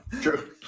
True